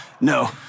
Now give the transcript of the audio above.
no